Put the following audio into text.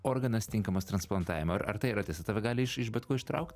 organas tinkamas transplantavimui ar ar tai yra tiesa tave gali iš iš bet ko ištraukt